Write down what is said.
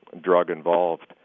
drug-involved